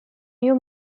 new